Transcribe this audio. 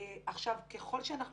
עכשיו, ככל שאנחנו